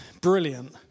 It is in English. Brilliant